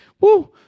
Woo